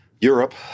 Europe